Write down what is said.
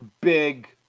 big